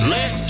Let